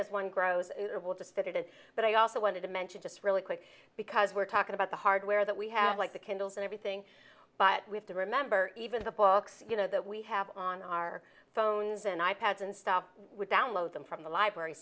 as one grows it will just that it is but i also wanted to mention just really quick because we're talking about the hardware that we have like the kindles and everything but we have to remember even the books you know that we have on our phones and i pads and stuff would download them from the library